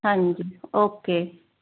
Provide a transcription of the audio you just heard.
ਹਾਂਜੀ ਓਕੇ